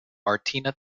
martina